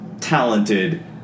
talented